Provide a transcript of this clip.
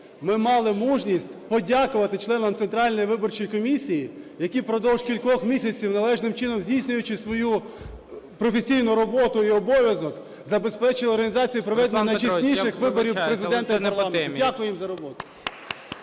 ми мали мужність подякувати членам Центральної виборчої комісії, які продовж кількох місяців належним чином здійснюючи свою професійну роботу і обов'язок забезпечили організацію і проведення найчесніших виборів Президента і парламенту. Дякую їм за роботу!